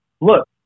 look